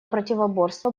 противоборства